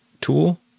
tool